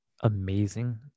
amazing